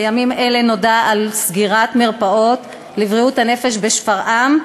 בימים אלה נודע על סגירת מרפאות לבריאות הנפש בשפרעם,